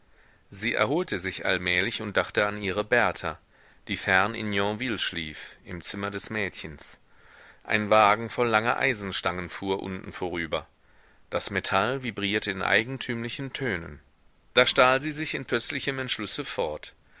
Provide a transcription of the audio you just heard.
sie erholte sich allmählich und dachte an ihre berta die fern in yonville schlief im zimmer des mädchens ein wagen voll langer eisenstangen fuhr unten vorüber das metall vibrierte in eigentümlichen tönen da stahl sie sich in plötzlichem entschlusse fort